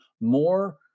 more